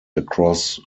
across